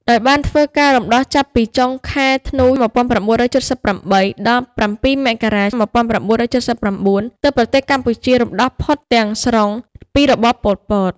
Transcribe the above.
ដោយបានធ្វើការរំដោះចាប់ពីចុងខែ ធ្នូ ១៩៧៨ ដល់ ៧ មករា ១៩៧៩ ទើបប្រទេសកម្ពុជារំដោះផុតទាំងស្រុងពីរបប ប៉ុល ពត ។